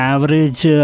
Average